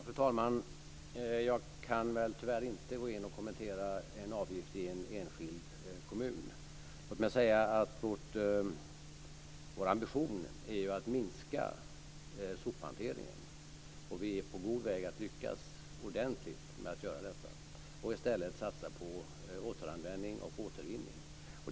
Fru talman! Jag kan tyvärr inte kommentera en avgift i en enskild kommun. Låt mig säga att vår ambition är att minska sophanteringen. Vi är på god väg att lyckas med att göra detta och i stället satsa på återanvändning och återvinning.